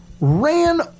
ran